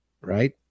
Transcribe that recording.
Right